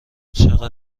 چقدر